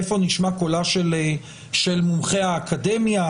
איפה נשמע קולה של מומחי האקדמיה.